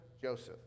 Joseph